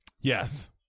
Yes